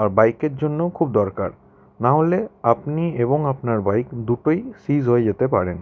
আর বাইকের জন্যেও খুব দরকার না হলে আপনি এবং আপনার বাইক দুটোই সিজ হয়ে যেতে পারেন